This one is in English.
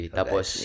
Tapos